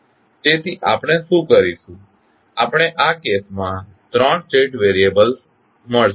તેથી આપણે શું કરીશું આપણને આ કેસમાં 3 સ્ટેટ વેરીએબલ્સ મળશે